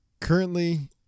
Currently